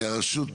רשות